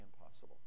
impossible